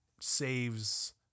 saves